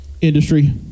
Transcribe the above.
industry